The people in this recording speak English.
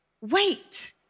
wait